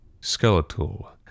skeletal